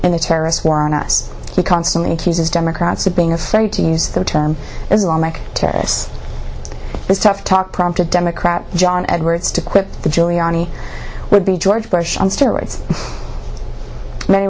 in the terrorist war on us we constantly accuses democrats of being afraid to use the term islamic terrorists is tough talk prompted democrat john edwards to quit the giuliani would be george bush on steroids many